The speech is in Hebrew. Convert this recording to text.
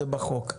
זה בחוק.